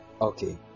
Okay